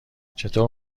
چطور